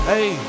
Hey